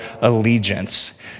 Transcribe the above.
allegiance